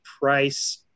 price